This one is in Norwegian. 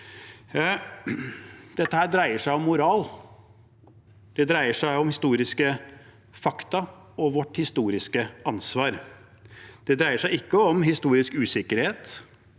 Dette dreier seg om moral, det dreier seg om historiske fakta og vårt historiske ansvar. Det dreier seg ikke om historisk usikkerhet,